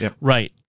Right